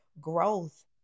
growth